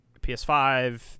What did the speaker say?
PS5